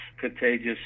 contagious